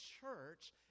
church